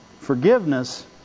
Forgiveness